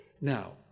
Now